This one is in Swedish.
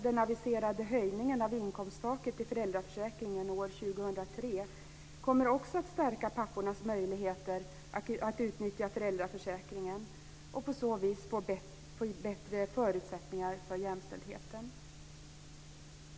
Den aviserade höjningen av inkomsttaket i föräldraförsäkringen år 2003 kommer också att stärka pappornas möjligheter att utnyttja föräldraförsäkringen, och på så vis får man bättre förutsättningar för jämställdheten.